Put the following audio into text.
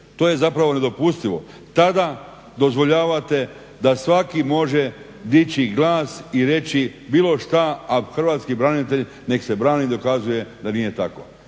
To je zapravo nedopustivo. Tada dozvoljavate da svaki može dići glas i reći bilo šta a hrvatski branitelj nek se brani i dokazuje da nije tako.